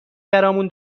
برامون